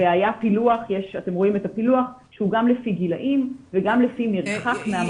והיה פילוח שהוא גם לפי גילאים וגם לפי מרחק מהמחלה.